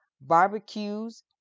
barbecues